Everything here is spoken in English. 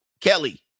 Kelly